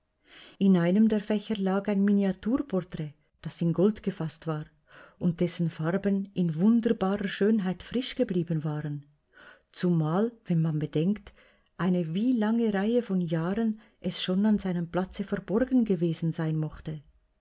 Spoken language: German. in einem der fächer lag ein miniaturporträt das in gold gefaßt war und dessen farben in wunderbarer schönheit frisch geblieben waren zumal wenn man bedenkt eine wie lange reihe von jahren es schon an seinem platze verborgen gewesen sein mochte